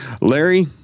Larry